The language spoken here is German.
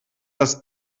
das